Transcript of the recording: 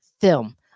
film